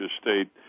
State